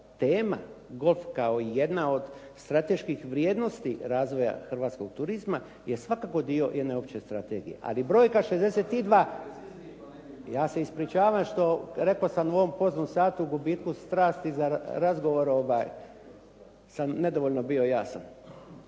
golf kao jedna od strateških vrijednosti razvoja hrvatskoga turizma je svakako dio jedne opće strategije. Ali brojka 62. …/Upadica se ne čuje./… Ja se ispričavam što, rekao sam u ovom poznom satu u gubitku strasti za razgovor sam nedovoljno bio jasan.